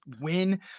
win